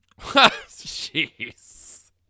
jeez